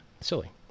Silly